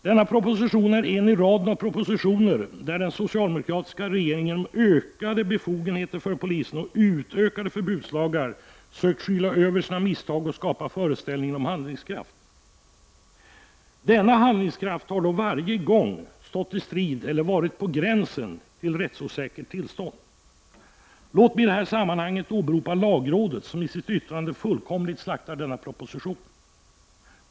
Denna proposition är en i raden av propositioner där den socialdemokratiska regeringen genom ökade befogenheter för polisen och utökade förbudslagar sökt skyla över sina misstag och skapa en föreställning om handlingskraft. Denna handlingskraft har dock varje gång stått i strid med rättssäkerheten eller bragt oss till gränsen för rättsosäkert tillstånd. Låt mig i detta sammanhang åberopa lagrådet, som i sitt yttrande fullkomligt slaktat denna proposition.